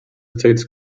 states